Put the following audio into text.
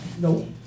No